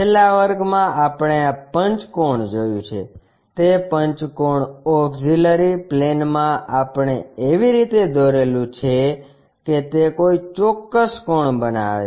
છેલ્લા વર્ગમાં આપણે આ પંચકોણ જોયું છે તે પંચકોણ ઓક્ષીલરી પ્લેનમાં આપણે એવી રીતે દોરેલું છે કે તે કોઈ ચોક્કસ કોણ બનાવે છે